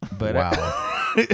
Wow